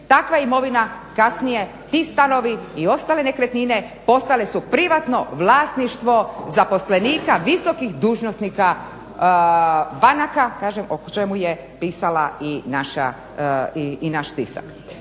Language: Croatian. takva imovina kasnije, ti stanovi i ostale nekretnine postali su privatno vlasništvo zaposlenika visokih dužnosnika banka kažem o čemu je pisao i naš tisak.